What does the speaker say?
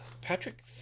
Patrick